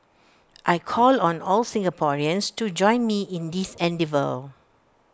I call on all Singaporeans to join me in this endeavour